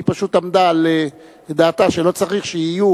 היא פשוט עמדה על דעתה שלא צריך שיהיו